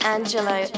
Angelo